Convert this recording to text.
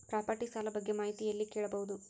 Property ಸಾಲ ಬಗ್ಗೆ ಮಾಹಿತಿ ಎಲ್ಲ ಕೇಳಬಹುದು?